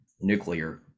nuclear